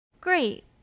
Great